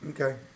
Okay